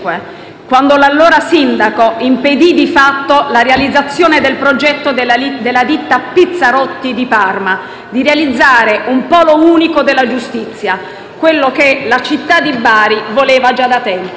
quando l'allora sindaco impedì di fatto la realizzazione del progetto della ditta Pizzarotti di Parma, di realizzare un polo unico della giustizia, quello che la città di Bari voleva già tempo.